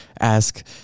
ask